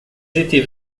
étaient